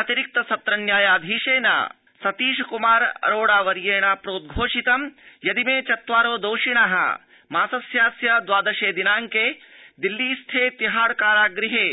अतिरिक्त सत्र न्यायाधीशेन सतीश क्मार अरोड़ा वर्येण प्रोद्वोषितं यदिमे चत्वारो दोषिण मासस्यास्य द्वादशे दिनांके दिल्ली स्थे तिहाड़ कारागृहे